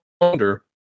wonder